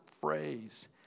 phrase